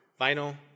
Vinyl